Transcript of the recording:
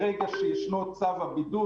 ברגע שישנו צו הבידוד,